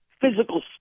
physical